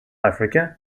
africa